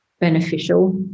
beneficial